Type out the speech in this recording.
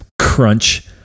crunch